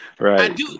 Right